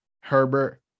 Herbert